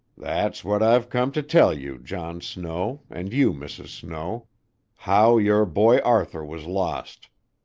that's what i've come to tell you, john snow, and you, mrs. snow how your boy arthur was lost.